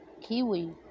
Kiwi